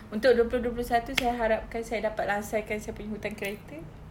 untuk dua puluh dua puluh satu saya harapkan saya dapat langsaikan saya punya hutang kereta